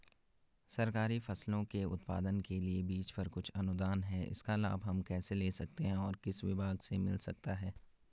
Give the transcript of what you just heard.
सरकारी फसलों के उत्पादन के लिए बीज पर कुछ अनुदान है इसका लाभ हम कैसे ले सकते हैं और किस विभाग से मिल सकता है?